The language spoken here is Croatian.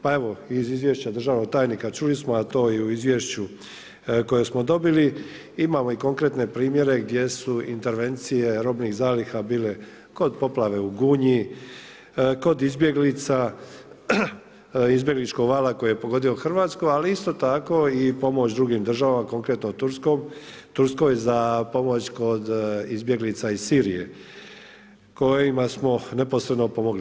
Pa evo iz izvješća državnog tajnika čuli smo a to i u izvješću koje smo dobili imamo i konkretne primjere gdje su intervencije robnih zaliha bile kod poplave u Gunji, kod izbjeglica, izbjegličkog vala koji je pogodio Hrvatsku, ali isto tako pomoć drugim državama konkretno Turskoj za pomoć kod izbjeglica iz Sirije kojima smo neposredno pomogli.